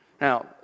Now